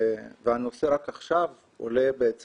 והנושא עולה למודעות רק